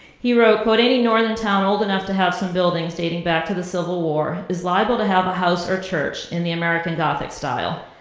he wrote, any northern town old enough to have some buildings dating back to the civil war is liable to have a house or church in the american gothic style.